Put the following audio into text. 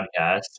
podcast